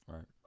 Right